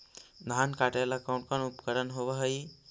धान काटेला कौन कौन उपकरण होव हइ?